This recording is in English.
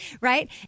right